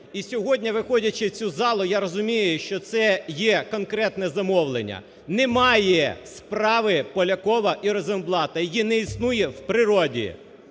І сьогодні виходячи в цю залу я розумію, що це є конкретне замовлення, немає справи Полякова і Розенблата, її не існує в природі.